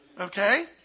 okay